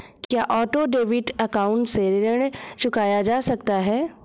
क्या auto debit account से ऋण चुकाया जा सकता है?